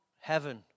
heaven